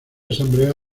asamblea